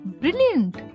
Brilliant